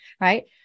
right